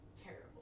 terrible